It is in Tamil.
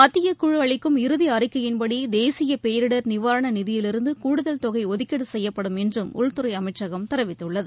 மத்தியக் குழு அளிக்கும் இறுதி அறிக்கையின்படி தேசிய பேரிடர் நிவாரண நிதியிலிருந்து கூடுதல் தொகை ஒதுக்கீடு செய்யப்படும் என்றும் உள்துறை அமைச்சகம் தெரிவித்துள்ளது